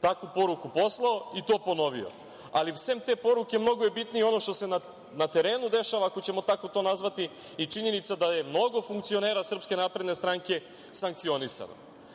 takvu poruku poslao i to ponovio. Osim te poruke, mnogo je bitnije ono što se na terenu dešava, ako ćemo tako to nazvati, i činjenica da je mnogo funkcionera SNS sankcionisano.